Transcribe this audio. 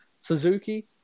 Suzuki